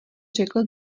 řekl